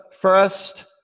first